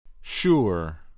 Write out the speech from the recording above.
sure